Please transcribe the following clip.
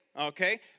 okay